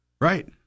Right